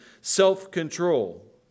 self-control